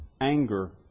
anger